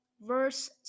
verse